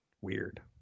weird